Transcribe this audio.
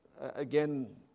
Again